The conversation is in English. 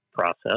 Process